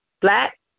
Black